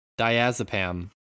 diazepam